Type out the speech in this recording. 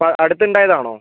ഇപ്പം അടുത്തുണ്ടായതാണോ